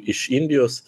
iš indijos